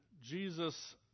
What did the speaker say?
Jesus